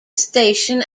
station